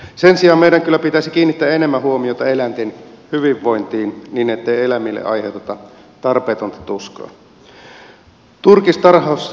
sen sijaan meidän kyllä pitäisi kiinnittää enemmän huomiota eläinten hyvinvointiin niin ettei eläimille aiheuteta tarpeetonta tuskaa